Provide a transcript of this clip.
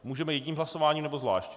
Můžeme jedním hlasováním, nebo zvlášť?